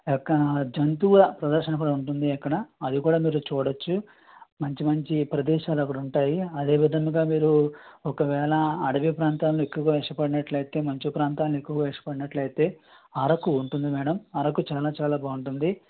అక్కడ జంతువుల ప్రదర్శన కూడా ఉంటుంది అక్కడ అది కూడా మీరు చూడొచ్చు మంచి మంచి ప్రదేశాలు అక్కడ ఉంటాయి అదే విధముగా మీరు ఒకవేళ అడవీ ప్రాంతాలను ఎక్కువగా ఇష్టపడినట్లైతే మంచు ప్రాంతాలను ఎక్కువగా ఇష్టపడినట్లైతే అరకు ఉంటుంది మేడమ్ అరకు చాలా చాలా బాగుంటుంది